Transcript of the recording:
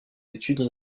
études